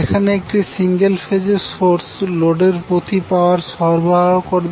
যেখানে একটি সিঙ্গেল ফেজের সোর্স লোডের প্রতি পাওয়ার সরবরাহ করবে